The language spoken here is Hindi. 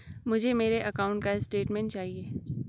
मुझे मेरे अकाउंट का स्टेटमेंट चाहिए?